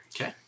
Okay